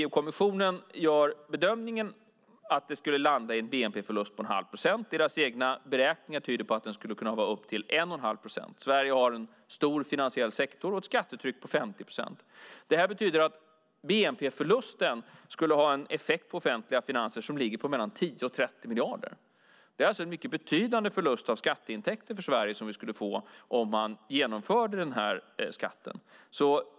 EU-kommissionen gör bedömningen att vi skulle landa i en bnp-förlust på 0,5 procent. Deras egna beräkningar tyder på att den skulle kunna vara upp till 1,5 procent. Sverige har en stor finansiell sektor och ett skattetryck på 50 procent. Det betyder att bnp-förlusten skulle ha en effekt på offentliga finanser på mellan 10 och 30 miljarder. Det skulle alltså innebära en mycket betydande förlust av skatteintäkter för Sverige om man genomförde den här skatten.